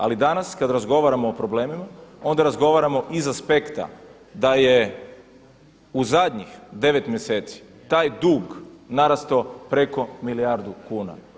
Ali danas, kada razgovaramo o problemima, onda razgovaramo iz aspekta da je u zadnjih 9 mjeseci taj dug narastao preko milijardu kuna.